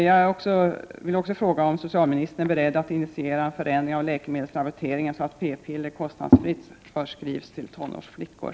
Jag vill också fråga om socialministern är beredd att initiera en förändring av läkemedelsrabatteringen så att p-piller kostnadsfritt förskrivs till tonårsflickor.